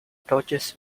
torches